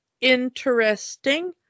interesting